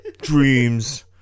Dreams